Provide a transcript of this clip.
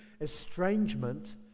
estrangement